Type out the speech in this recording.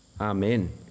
amen